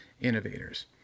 innovators